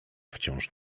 wciąż